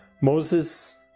Moses